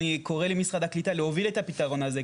אני קורא למשרד הקליטה להוביל את הפתרון הזה,